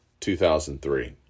2003